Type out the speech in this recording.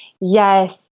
Yes